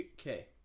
Okay